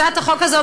הצעת החוק הזאת,